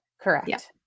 correct